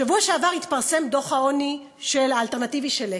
בשבוע שעבר התפרסם דוח העוני האלטרנטיבי של "לתת".